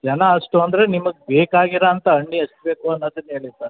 ಜನ ಅಷ್ಟು ಅಂದರೆ ನಿಮಗೆ ಬೇಕಾಗಿರೋಂಥ ಹಣ್ಣು ಎಷ್ಟು ಬೇಕು ಅನ್ನೋದನ್ನು ಹೇಳಿ ಸರ್